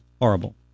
Horrible